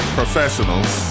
professionals